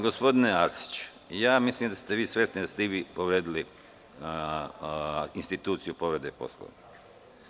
Gospodine Arsiću, ja mislim da ste i vi svesni da ste i vi povredili instituciju povrede Poslovnika.